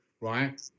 right